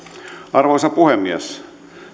arvoisa puhemies